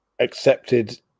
accepted